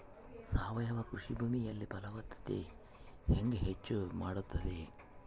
ಸಾವಯವ ಕೃಷಿ ಭೂಮಿಯ ಫಲವತ್ತತೆ ಹೆಂಗೆ ಹೆಚ್ಚು ಮಾಡುತ್ತದೆ?